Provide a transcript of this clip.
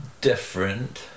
different